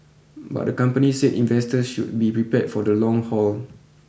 but the company said investors should be prepared for the long haul